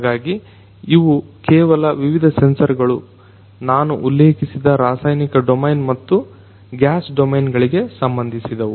ಹಾಗಾಗಿ ಇವು ಕೆಲವು ವಿವಿಧ ಸೆನ್ಸರ್ಗಳು ನಾನು ಉಲ್ಲೇಖಿಸಿದ ರಾಸಾಯನಿಕ ಡೊಮೇನ್ ಮತ್ತು ಗ್ಯಾಸ್ ಡೊಮೇನ್ ಗಳಿಗೆ ಸಂಬಂಧಿಸಿದವು